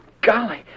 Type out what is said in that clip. Golly